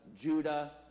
Judah